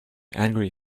angry